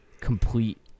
complete